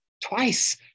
twice